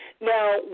Now